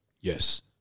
yes